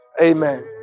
Amen